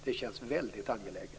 Det känns väldigt angeläget.